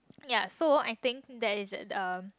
ya so I think there is the um